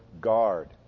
guard